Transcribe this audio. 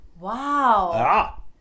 Wow